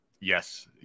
Yes